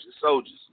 soldiers